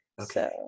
Okay